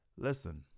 listen